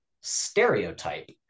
stereotype